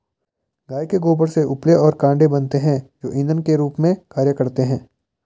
गाय के गोबर से उपले और कंडे बनते हैं जो इंधन के रूप में कार्य करते हैं